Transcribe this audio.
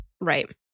Right